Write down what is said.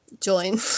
join